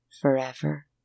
Forever